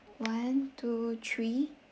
one two three